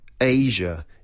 Asia